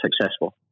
successful